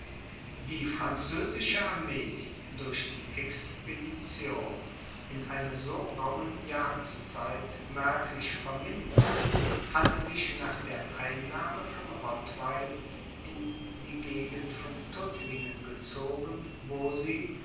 die französische armee durch die expedition in einer so rauhen jahreszeit merklich vermindert hatte sich nach der einnahme von rottweil in die gegend von tuttlingen gezogen wo sie